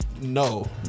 No